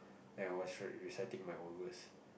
and I was reciting my own verse